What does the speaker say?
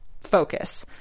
focus